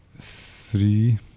three